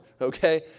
okay